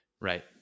Right